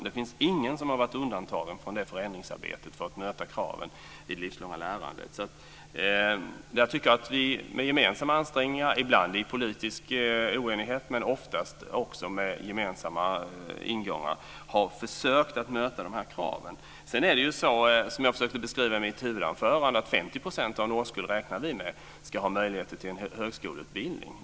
Det finns ingen som har varit undantagen från förändringsarbetet för att möta kraven i det livslånga lärandet. Jag tycker att vi med gemensamma ansträngningar, ibland i politisk oenighet men oftast också med gemensamma ingångar, har försökt att möta de här kraven. Som jag försökte beskriva i mitt huvudanförande räknar vi med att 50 % av en årskull ska ha möjligheter till en högskoleutbildning.